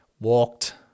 walked